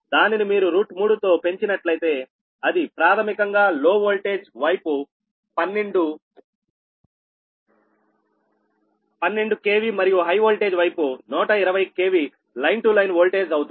దానిని మీరు 3తో పెంచినట్లయితే అది ప్రాథమికంగా లో వోల్టేజ్ వైపు 12 KV మరియు హై వోల్టేజ్ వైపు 120 KV line to line voltage అవుతుంది